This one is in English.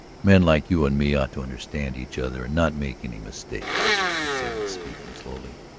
men like you and me ought to understand each other and not make any mistakes, he said, speaking slowly.